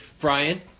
Brian